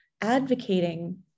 advocating